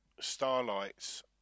Starlight's